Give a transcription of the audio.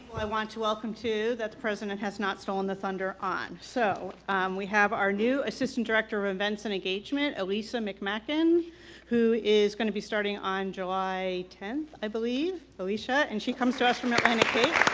i want to welcome to that the president has not stolen the thunder on so we have our new assistant director of events and engagement alicia mcmackin who is going to be starting on july tenth i believe alicia and she comes to us from atlantic cape